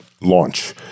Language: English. Launch